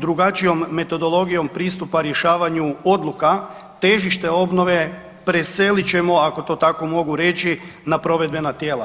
drugačijom metodologijom pristupa rješavanju odluka, težište obnove preselit ćemo, ako to tako mogu reći, na provedbena tijela.